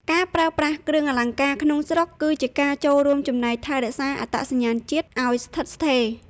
ការប្រើប្រាស់គ្រឿងអលង្ការក្នុងស្រុក គឺជាការចូលរួមចំណែកថែរក្សាអត្តសញ្ញាណជាតិឱ្យស្ថិតស្ថេរ។